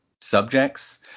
subjects